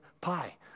pie